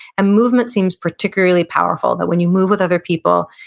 and movement seems particularly powerful, that when you move with other people,